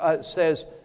says